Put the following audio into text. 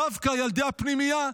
דווקא ילדי הפנימייה,